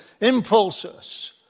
impulses